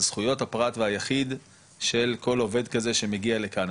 על זכויות הפרט והיחיד של כל עובד כזה שמגיע לכאן.